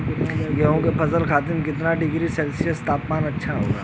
गेहूँ के फसल खातीर कितना डिग्री सेल्सीयस तापमान अच्छा होला?